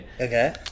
Okay